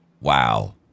Wow